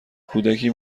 کودکی